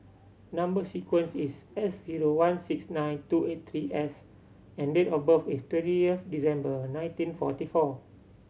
number sequence is S zero one six nine two eight three S and date of birth is twentieth December nineteen forty four